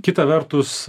kita vertus